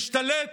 להשתלט